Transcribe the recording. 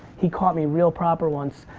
he caught me real proper once.